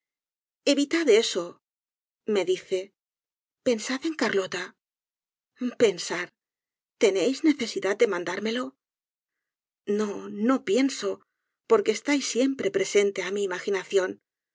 botella evitad eso me dice pensad en carlota pensar tenéis necesidad de mandármelo no no pienso porque estáis siempre presente á mi imaginación